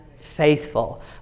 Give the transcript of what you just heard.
Faithful